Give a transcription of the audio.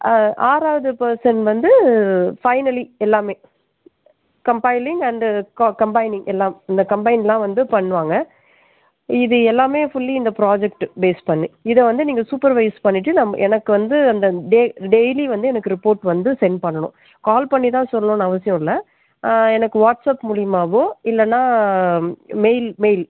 ஆறாவது பர்சன் வந்து ஃபைனலி எல்லாமே கம்பைலிங் அண்டு க கம்பைனிங் எல்லாம் இந்த கம்பைன்லாக வந்து பண்ணுவாங்க இது எல்லாமே ஃபுல்லி இந்த ப்ராஜெட்டு பேஸ் பண்ணி இதை வந்து நீங்கள் சூப்பரவைஸ் பண்ணிவிட்டு நம் எனக்கு வந்து அந்த டெ டெய்லி வந்து எனக்கு ரிப்போர்ட் வந்து சென்ட் பண்ணனும் கால் பண்ணி தான் சொல்லணும்னு அவசியம் இல்லை எனக்கு வாட்ஸ் அப் மூலியமாகவோ இல்லைனா மெயில் மெயில்